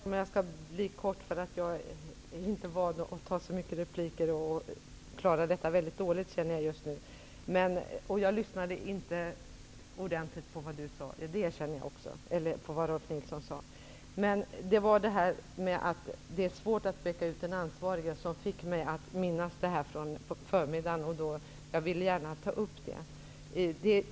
Fru talman! Jag skall vara kortfattad. Jag är inte van att få så många repliker och känner att jag just nu klarar det ganska dåligt. Jag erkänner att jag inte lyssnade ordentligt på vad Rolf L Nilson sade. Det var uttalandet om att det är svårt att peka ut den ansvarige som fick mig att minnas det som sades på förmiddagen, och jag ville gärna ta upp det.